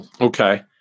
Okay